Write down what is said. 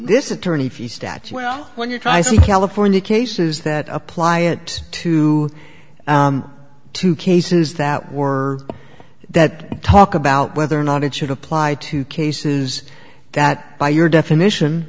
this is attorney fees statue well when you try see california cases that apply it to two cases that were that talk about whether or not it should apply to cases that by your definition